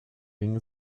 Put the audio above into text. ging